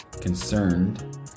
concerned